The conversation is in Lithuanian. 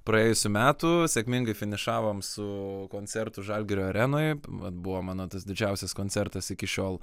praėjusių metų sėkmingai finišavom su koncertu žalgirio arenoj vat buvo mano tas didžiausias koncertas iki šiol